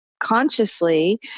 consciously